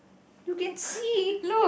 you can see